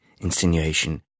Insinuation